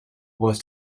was